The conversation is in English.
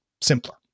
simpler